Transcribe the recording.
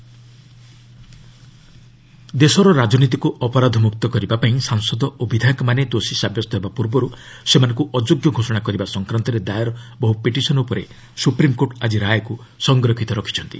SC law' makers ଦେଶର ରାଜନୀତିକୁ ଅପରାଧମୁକ୍ତ କରିବାପାଇଁ ସାଂସଦ ଓ ବିଧାୟକମାନେ ଦୋଷୀ ସାବ୍ୟସ୍ତ ହେବା ପୂର୍ବରୁ ସେମାନଙ୍କୁ ଅଯୋଗ୍ୟ ଘୋଷଣା କରିବା ସଂକ୍ରାନ୍ତରେ ଦାୟର୍ ବହୁ ପିଟିସନ୍ ଉପରେ ସୁପ୍ରିମ୍କୋର୍ଟ ଆକି ରାୟକୁ ସଂରକ୍ଷିତ ରଖିଛନ୍ତି